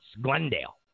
Glendale